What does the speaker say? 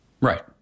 Right